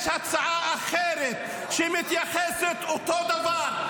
יש הצעה אחרת שמתייחסת לאותו דבר,